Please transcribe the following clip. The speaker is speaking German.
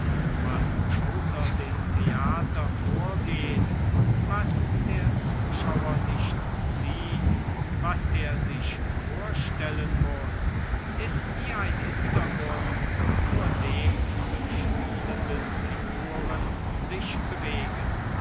was außer dem theater vorgeht was der zuschauer nicht sieht was er sich vorstellen muß ist wie ein hintergrund vor dem die spielenden figuren sich bewegen